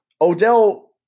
Odell